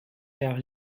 car